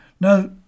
Now